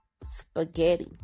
spaghetti